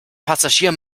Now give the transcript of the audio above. passagier